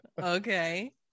Okay